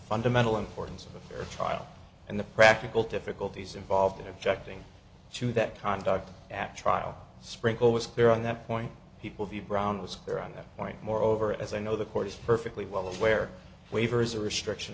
fundamental importance of a fair trial and the practical difficulties involved in objecting to that conduct actual sprinkle was clear on that point people view brown was clear on that point moreover as i know the court is perfectly well aware waiver is a restriction